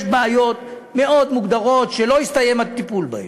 יש בעיות מאוד מוגדרות, שלא הסתיים הטיפול בהן.